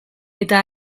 eta